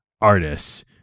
artists